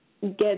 get